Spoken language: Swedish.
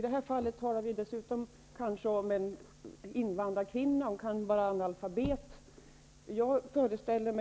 Det kan t.ex. vara fråga om en invandrarkvinna som kan vara analfabet.